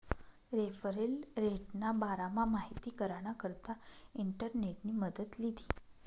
referral रेटना बारामा माहिती कराना करता इंटरनेटनी मदत लीधी